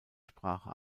sprache